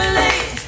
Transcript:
late